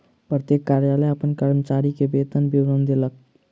प्रत्येक कार्यालय अपन कर्मचारी के वेतन विवरण देलक